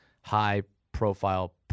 high-profile